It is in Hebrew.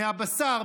מהבשר,